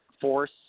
force